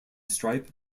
stripe